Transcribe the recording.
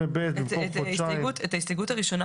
אתם עומדים על ההסתייגות הראשונה?